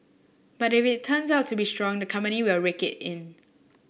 but if it turns out to be strong the company will rake it in